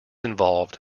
involved